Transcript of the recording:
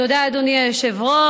תודה, אדוני היושב-ראש.